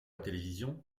télévision